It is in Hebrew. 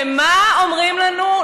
ומה אומרים לנו?